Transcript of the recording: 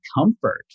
comfort